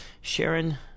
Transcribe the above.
Sharon